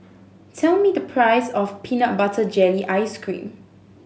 tell me the price of peanut butter jelly ice cream